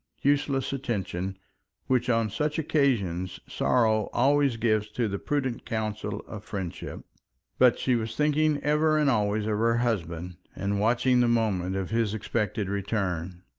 useless attention which on such occasions sorrow always gives to the prudent counsels of friendship but she was thinking ever and always of her husband, and watching the moment of his expected return.